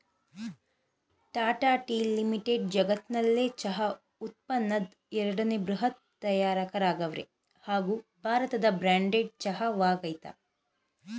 Tata Tea Limited ಜಗತ್ನಲ್ಲೆ ಚಹಾ ಉತ್ಪನ್ನದ್ ಎರಡನೇ ಬೃಹತ್ ತಯಾರಕರಾಗವ್ರೆ ಹಾಗೂ ಭಾರತದ ಬ್ರ್ಯಾಂಡೆಡ್ ಚಹಾ ವಾಗಯ್ತೆ